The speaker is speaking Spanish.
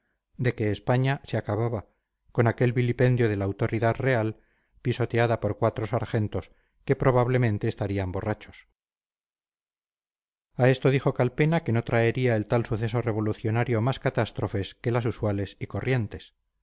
de que españa se acababa con aquel vilipendio de la autoridad real pisoteada por cuatro sargentos que probablemente estarían borrachos a esto dijo calpena que no traería el tal suceso revolucionario más catástrofes que las usuales y corrientes